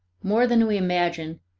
more than we imagine,